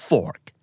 Fork